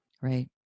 Right